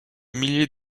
milliers